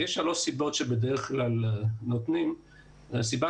יש שלוש סיבות שבדרך כלל נותנים כאשר סיבה